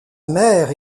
mère